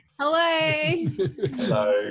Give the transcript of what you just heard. Hello